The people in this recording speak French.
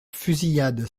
fusillade